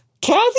Kathy